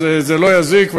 אז זה לא יזיק.